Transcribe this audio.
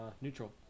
neutral